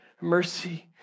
mercy